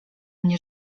mnie